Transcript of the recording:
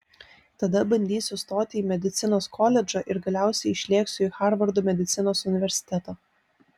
tada bandysiu stoti į medicinos koledžą ir galiausiai išlėksiu į harvardo medicinos universitetą